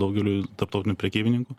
daugeliui tarptautinių prekybininkų